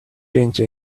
change